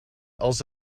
els